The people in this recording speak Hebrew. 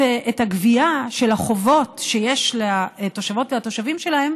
הגבייה של החובות שיש לתושבות ולתושבים שלהם